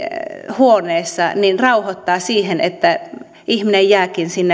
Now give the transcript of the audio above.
huoneessa rauhoittaa siihen että ihminen jääkin